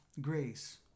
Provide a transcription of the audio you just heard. grace